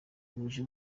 buje